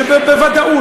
שזה בוודאות.